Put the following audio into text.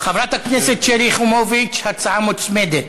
חברת הכנסת שלי יחימוביץ, הצעה מוצמדת.